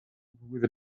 with